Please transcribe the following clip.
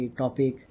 topic